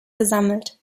gesammelt